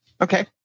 okay